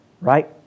Right